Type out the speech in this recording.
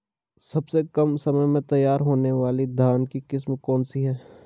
सबसे कम समय में तैयार होने वाली धान की किस्म कौन सी है?